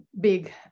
big